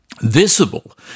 visible